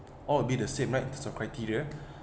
all will be the same right is the criteria